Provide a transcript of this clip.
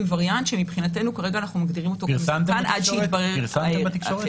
וריאנט שכרגע אנחנו מגדירים אותו כמסוכן עד שיתברר אחרת.